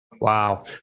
wow